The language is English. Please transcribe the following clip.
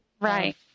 Right